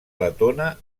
letona